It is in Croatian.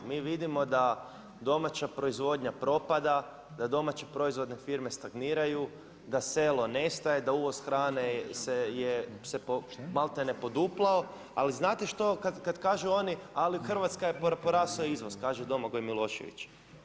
Mi vidimo da domaća proizvodnja propada, da domaće proizvodne firme stagniraju, da selo nestaje, da uvoz hrane se maltene poduplao, ali znate kada kažu oni ali u Hrvatskoj je porastao izvoz kaže Domagoj Milošević.